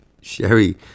sherry